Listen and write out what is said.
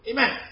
Amen